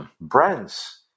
brands